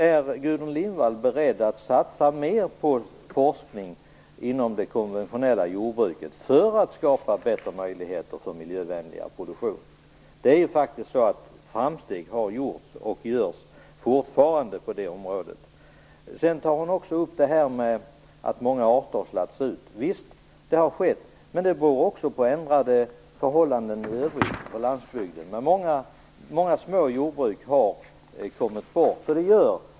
Är Gudrun Lindvall beredd att satsa mer på forskning inom det konventionella jordbruket för att skapa bättre möjligheter för en miljövänligare produktion? Det är ju faktiskt så att framsteg har gjorts och görs fortfarande på det området. Sedan tar hon också upp att många arter har slagits ut. Det har skett, men det beror också på ändrade förhållanden i övrigt på landsbygden. Många små jordbruk har försvunnit.